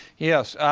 yes.